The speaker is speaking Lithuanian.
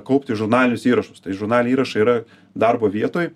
kaupti žurnalinius įrašus tai žurnaliniai įrašai yra darbo vietoj